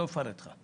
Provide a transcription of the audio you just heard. לא אפרט לך.